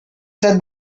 said